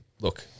look